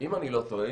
אם אני לא טועה,